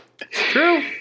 true